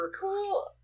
cool